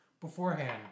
beforehand